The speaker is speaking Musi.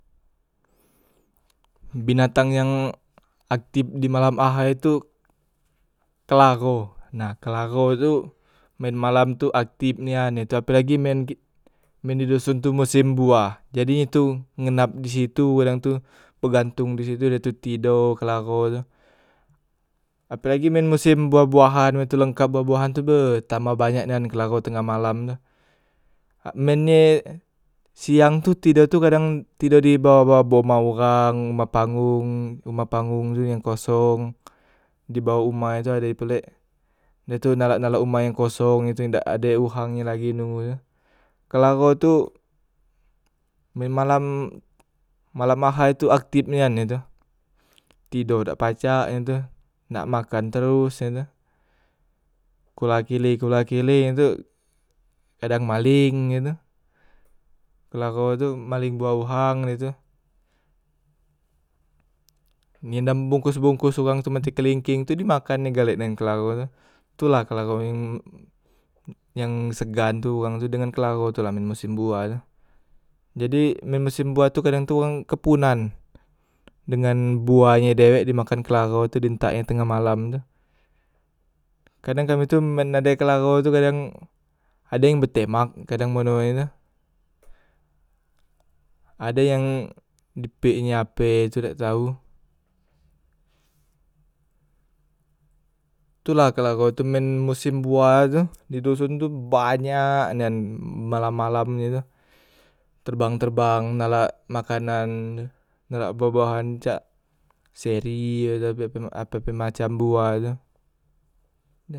Binatang yang aktip di malam ahai tu kelaho, nah kelaho tu men malam tu aktip nian ye tu apelagi men men di doson tu mosem buah jadi he tu ngendap disitu kadang tu, begantung di situ dah tu tido kelaho tu apelagi men mosem buah- buahan mak itu lengkap buah- buahan tu be tambah banyak nian kelaho tengah malam tu ha men ye siang tu tido tu kadang tido di bawah- bawah omah uwang, omah panggong omah panggung i yang kosong, di bawah umah e tu ade pulek, dah tu galak nalak omah yang kosong he tu yang dak ade huwang lagi nunggu nyo, kelaho tu men malam, malam ahai tu aktip nian ye tu tido dak pacak ye tu, nak makan teros ye tu kola kele, kole kele he tu, kadang maleng he tu, kelaho tu maleng buah uwang e tu, ngindam bongkos- bongkos uwang tu men ti kelengkeng tu di makan nye galek dengan kelaho tu, tu lah kelaho yang yang segan tu wang tu dengan kelaho tu la men mosem buah tu, jadi men mosem buah tu kadang tu, wang kempunan dengan buah e dewek di makan kelaho tu di entak nyo tengah malam tu, kadang kami tu men ade kelaho tu kadang ade yang betemak menoe tu, ade yang di pek nye ape tu dak tau, tu la kelaho tu men musim buah tu di doson tu banyak nian malam- malam ye tu terabng- terbang nalak makanan tu nalak buah- buahan cak seri ape pe macam buah tu.